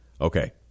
Okay